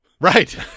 Right